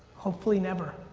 hopefully never.